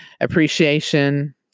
appreciation